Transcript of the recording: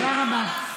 תודה רבה.